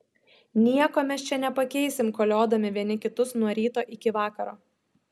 nieko mes čia nepakeisim koliodami vieni kitus nuo ryto iki vakaro